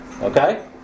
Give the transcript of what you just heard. Okay